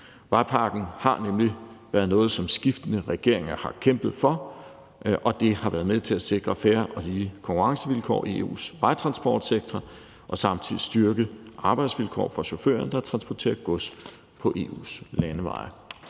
Vejpakken har nemlig været noget, som skiftende regeringer har kæmpet for, og det har været med til at sikre fair og lige konkurrencevilkår i EU's vejtransportsektor og samtidig styrket arbejdsvilkår for chaufførerne, der transporterer gods på EU's landeveje.